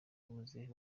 muzehe